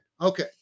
Okay